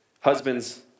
husbands